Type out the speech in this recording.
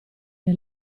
che